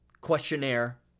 questionnaire